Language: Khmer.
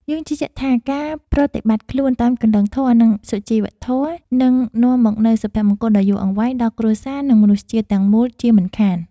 យើងជឿជាក់ថាការប្រតិបត្តិខ្លួនតាមគន្លងធម៌ និង សុជីវធម៌នឹងនាំមកនូវសុភមង្គលដ៏យូរអង្វែងដល់គ្រួសារ និង មនុស្សជាតិទាំងមូលជាមិនខាន។